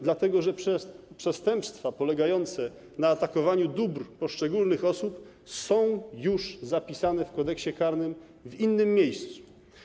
Dlatego że przestępstwa polegające na atakowaniu dóbr poszczególnych osób są już zapisane w Kodeksie karnym w innym miejscu.